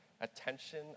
attention